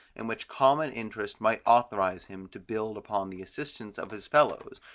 in which common interest might authorize him to build upon the assistance of his fellows,